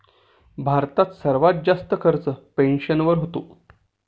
भारतात सर्वात जास्त खर्च पेन्शनवर होतो